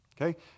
Okay